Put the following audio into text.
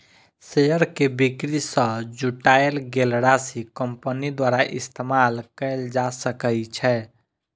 share के बिक्री सं जुटायल गेल राशि कंपनी द्वारा इस्तेमाल कैल जा सकै छै